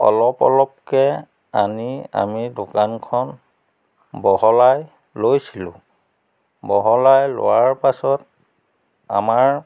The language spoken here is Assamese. অলপ অলপকৈ আনি আমি দোকানখন বহলাই লৈছিলোঁ বহলাই লোৱাৰ পাছত আমাৰ